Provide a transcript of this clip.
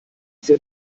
sie